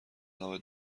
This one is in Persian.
نام